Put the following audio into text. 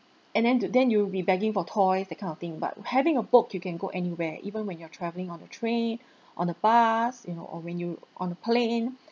and then then you'll be begging for toys that kind of thing but having a book you can go anywhere even when you're travelling on a train on a bus you know or when you on plane